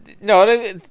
no